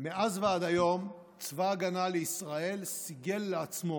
צבא ההגנה לישראל סיגל לעצמו,